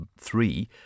three